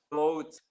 vote